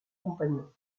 compagnon